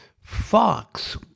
Fox